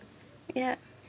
ya